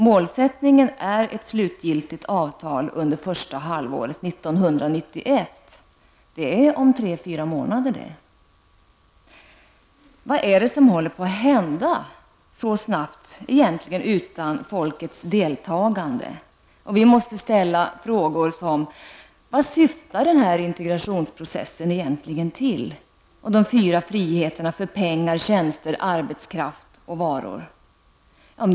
Målsättningen är ett slutgiltigt avtal under första halvåret 1991. Det är om tre fyra månader det! Vad är det egentligen som håller på att hända så snabbt utan folkets deltagande? Vi måste ställa frågor som: Vad syftar integrationsprocessen egentligen till och vad syftar de fyra friheterna för pengar, tjänster, arbetskraft och varor till?